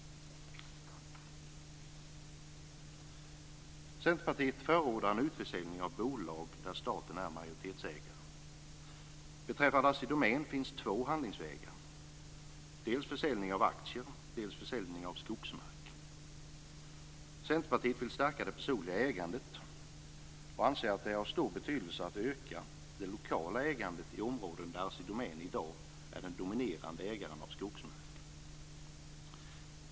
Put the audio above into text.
Centerpartiet förordar en utförsäljning av bolag där staten är majoritetsägare. Beträffande Assi Domän finns två handlingsvägar: dels försäljning av aktier, dels försäljning av skogsmark. Centerpartiet vill stärka det personliga ägandet och anser att det är av stor betydelse att öka det lokala ägandet i områden där Assi Domän i dag är den dominerande ägaren av skogsmark.